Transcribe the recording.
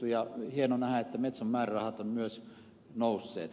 on hieno nähdä että metson määrärahat ovat myös nousseet